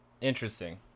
Interesting